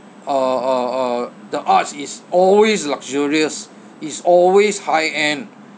uh uh uh the arts is always luxurious is always high end